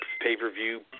pay-per-view